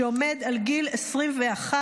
שעומד על גיל 21,